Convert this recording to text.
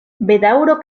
bedaŭro